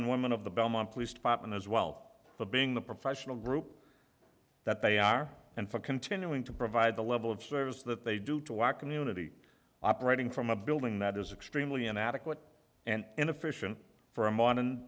and women of the belmont police department as well for being the professional group that they are and for continuing to provide the level of service that they do to a lack of unity operating from a building that is extremely inadequate and inefficient for a modern